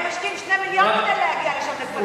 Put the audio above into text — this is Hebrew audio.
הם משקיעים 2 מיליון כדי להגיע לשם לפנות אותם.